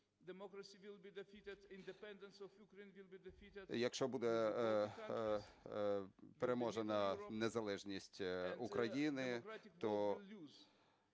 якщо буде переможена незалежність України, то